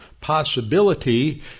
possibility